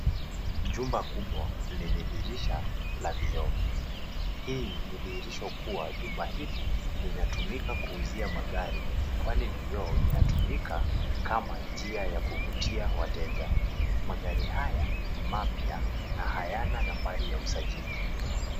Jumba kubwa lenye dirisha la vioo, hii inadhihirisha kwamba jumba hili linatumika kuuzia magari kwani vioo vinatumika kama njia ya kuvutia wateja. Magari haya ni mapya na hayana nambari ya usajili.